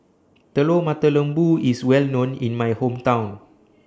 Telur Mata Lembu IS Well known in My Hometown